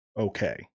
okay